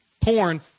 Porn